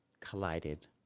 collided